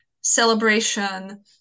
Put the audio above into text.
celebration